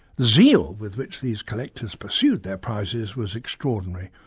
zeal with which these collectors pursued their prizes was extraordinary.